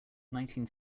nineteen